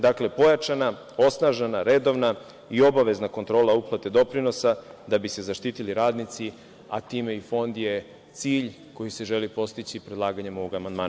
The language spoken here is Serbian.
Dakle, pojačana, osnažena, redovna i obavezna kontrola uplate doprinosa, da bi se zaštitili radnici, a time i fond je cilj koji se želi postići predlaganjem ovog amandmana.